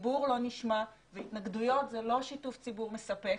הציבור לא נשמע והתנגדויות זה לא שיתוף ציבור מספק.